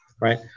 right